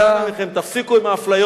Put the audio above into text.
אז אני אומר לכם: תפסיקו עם האפליות.